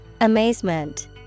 Amazement